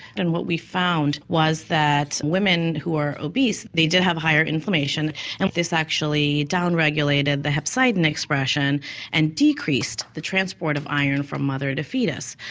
and what we found was that women who were obese, they did have a higher inflammation and this actually down-regulated the hepcidin expression and decreased the transport of iron from mother to foetus.